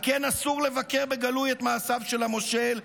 על כן אסור לבקר בגלוי את מעשיו של המושל,